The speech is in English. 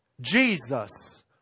Jesus